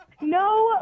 No